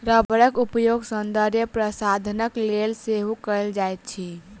रबड़क उपयोग सौंदर्य प्रशाधनक लेल सेहो कयल जाइत अछि